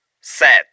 set